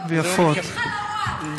עדיף חלאוות.